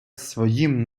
своїм